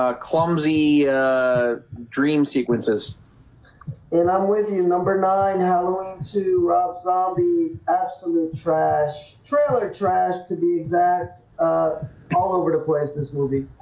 ah clumsy dream sequences and i'm with you number nine halloween rob zombie absolute trash trailer trash to be exact all over the place this movie.